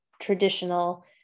traditional